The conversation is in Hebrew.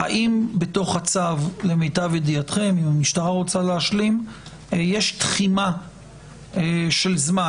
למיטב ידיעתכם יש תחימה של זמן?